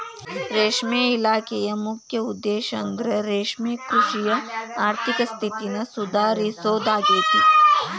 ರೇಷ್ಮೆ ಇಲಾಖೆಯ ಮುಖ್ಯ ಉದ್ದೇಶಂದ್ರ ರೇಷ್ಮೆಕೃಷಿಯ ಆರ್ಥಿಕ ಸ್ಥಿತಿನ ಸುಧಾರಿಸೋದಾಗೇತಿ